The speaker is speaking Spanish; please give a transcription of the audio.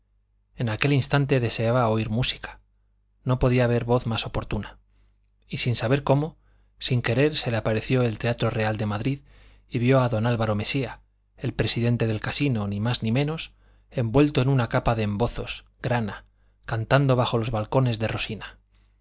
instante deseaba oír música no podía haber voz más oportuna y sin saber cómo sin querer se le apareció el teatro real de madrid y vio a don álvaro mesía el presidente del casino ni más ni menos envuelto en una capa de embozos grana cantando bajo los balcones de rosina